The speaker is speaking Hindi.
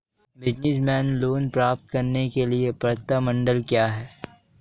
बिज़नेस लोंन प्राप्त करने के लिए पात्रता मानदंड क्या हैं?